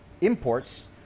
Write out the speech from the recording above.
imports